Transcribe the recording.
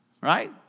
Right